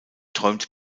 träumt